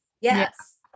Yes